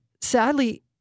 sadly